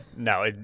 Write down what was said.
No